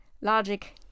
logic